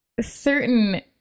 certain